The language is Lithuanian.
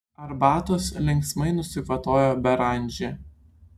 arbatos linksmai nusikvatojo beranžė